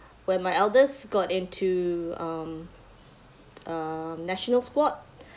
when my eldest got into um a national sport